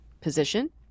position